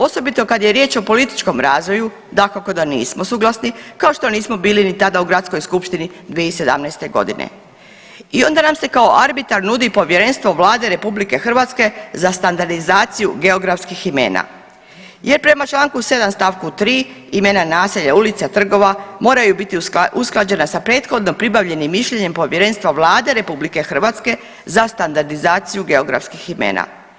Osobito kad je riječ o političkom razvoju dakako da nismo suglasni, kao što nismo bili ni tada u gradskoj skupštini 2017.g. i onda nam se kao arbitar nudi Povjerenstvo Vlade RH za standardizaciju geografskih imena jer prema čl. 7. st. 3. imena naselja, ulica i trgova moraju biti usklađena sa prethodno pribavljenim mišljenjem Povjerenstva Vlade RH za standardizaciju geografskih imena.